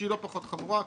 שהיא לא פחות חמורה.